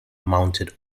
mounted